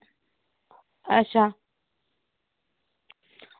अच्छा